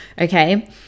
okay